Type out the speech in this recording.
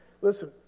Listen